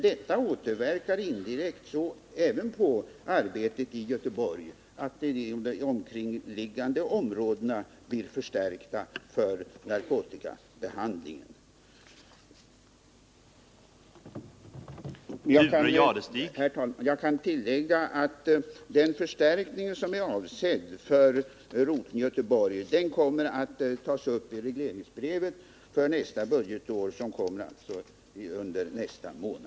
Det förhållandet att narkotikabekämpningen i de omkringliggande områdena blir förstärkt inverkar dock indirekt även på arbetet i Göteborg. Herr talman! Jag kan tillägga att den förstärkning som avses ske vid roteln i Göteborg kommer att tas upp i regleringsbrevet för nästa budgetår, som framläggs i juni.